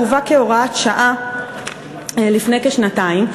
הובא כהוראת שעה לפני כשנתיים,